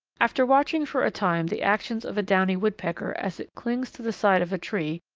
after watching for a time the actions of a downy woodpecker as it clings to the side of a tree,